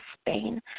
Spain